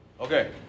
Okay